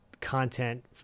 content